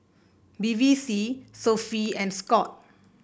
Bevy C Sofy and Scoot